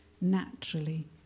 naturally